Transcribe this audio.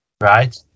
Right